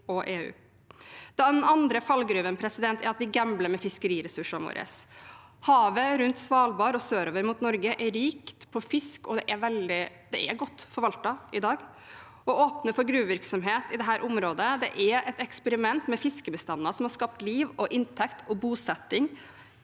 Den andre fallgruven er at vi gambler med fiskeriressursene våre. Havet rundt Svalbard og sørover mot Norge er rikt på fisk, og det er godt forvaltet i dag. Å åpne for gruvevirksomhet i dette området er et eksperiment med fiskebestander som har skapt liv og inntekt og bosetting